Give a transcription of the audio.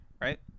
right